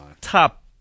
top